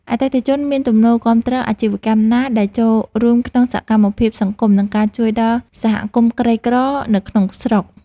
អតិថិជនមានទំនោរគាំទ្រអាជីវកម្មណាដែលចូលរួមក្នុងសកម្មភាពសង្គម និងការជួយដល់សហគមន៍ក្រីក្រនៅក្នុងស្រុក។